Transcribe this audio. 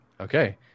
Okay